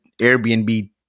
Airbnb